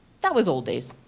that was old days.